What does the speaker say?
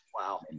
Wow